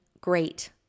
great